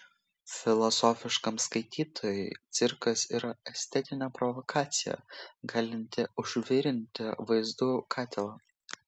filosofiškam skaitytojui cirkas yra estetinė provokacija galinti užvirinti vaizdų katilą